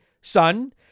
son